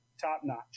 top-notch